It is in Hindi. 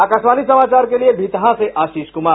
आकाशवाणी समाचार के लिए भितहा से आशीष कुमार